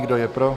Kdo je pro?